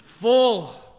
full